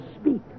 speak